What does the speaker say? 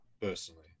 personally